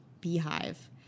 beehive